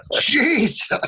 Jesus